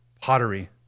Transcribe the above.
pottery